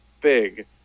big